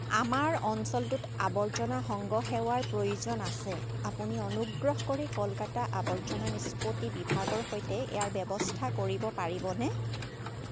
আমাৰ অঞ্চলটোত আৱৰ্জনা সংগ্ৰহ সেৱাৰ প্ৰয়োজন আছে আপুনি অনুগ্ৰহ কৰি কলকাতা আৱৰ্জনা নিষ্পত্তি বিভাগৰ সৈতে ইয়াৰ ব্যৱস্থা কৰিব পাৰিবনে